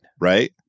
right